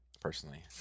personally